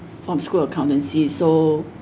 from school accountancy so